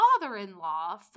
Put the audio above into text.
father-in-law